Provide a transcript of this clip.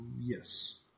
yes